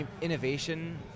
innovation